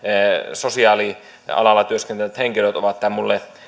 sosiaalialalla työskentelevät henkilöt ovat tämän minulle